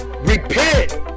Repent